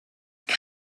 that